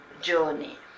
journey